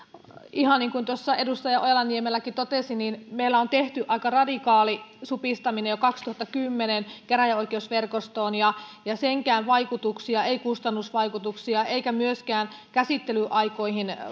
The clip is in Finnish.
ihan niin kuin tuossa edustaja ojala niemeläkin totesi meillä on tehty aika radikaali supistaminen jo kaksituhattakymmenen käräjäoikeusverkostoon ja ei senkään vaikutuksia ei kustannusvaikutuksia eikä myöskään käsittelyaikoihin